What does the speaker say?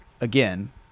again